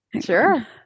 Sure